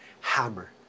hammer